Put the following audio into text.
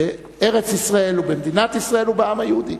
בארץ-ישראל ובמדינת ישראל ובעם היהודי.